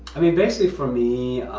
i mean basically for me,